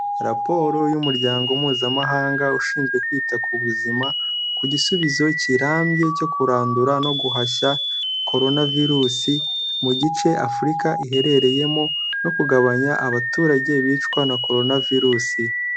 Raporo y'umuryango mpuzamahanga ushinzwe kwita ku buzima ku gisubizo kirambye cyo kurandura no guhashya Korona virusi mu gice Afurika iherereyemo, no kugabanya abaturage bicwa na Korona virusi.